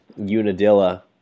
Unadilla